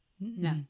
No